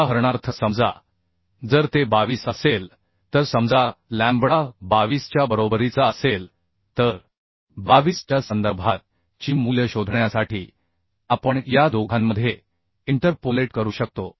उदाहरणार्थ समजा जर ते 22 असेल तर समजा लॅम्बडा 22 च्या बरोबरीचा असेल तर 22 च्या संदर्भात ची मूल्य शोधण्यासाठी आपण या दोघांमध्ये इंटरपोलेट करू शकतो